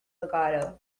legato